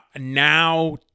Now